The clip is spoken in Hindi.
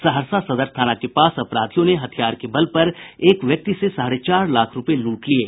सहरसा सदर थाना के पास अपराधियों ने हथियार के बल पर एक व्यक्ति से साढ़े चार लाख रूपये लूट लिये